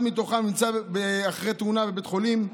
אחד מתוכם נמצא אחרי תאונה בבית חולים,